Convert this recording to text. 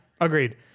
agreed